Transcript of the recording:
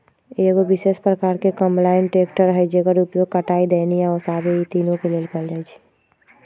एगो विशेष प्रकार के कंबाइन ट्रेकटर हइ जेकर उपयोग कटाई, दौनी आ ओसाबे इ तिनों के लेल कएल जाइ छइ